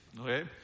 Okay